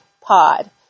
pod